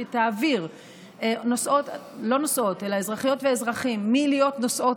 שתעביר אזרחיות ואזרחים מלהיות נוסעות